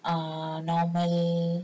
err normal